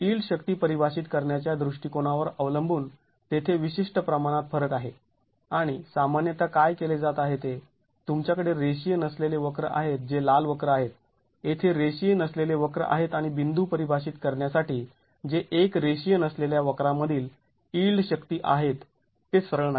yield शक्ती परिभाषित करण्याच्या दृष्टिकोनावर अवलंबून तेथे विशिष्ट प्रमाणात फरक आहे आणि सामान्यतः काय केले जात आहे ते तुमच्याकडे रेषीय नसलेले वक्र आहेत जे लाल वक्र आहेत येथे रेषीय नसलेले वक्र आहेत आणि बिंदू परिभाषित करण्यासाठी जे एक रेषीय नसलेल्या वक्रामधील यिल्ड शक्ती आहेत ते सरळ नाही